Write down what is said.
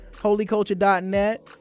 Holyculture.net